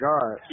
God